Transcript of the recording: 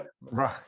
right